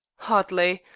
hardly.